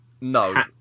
No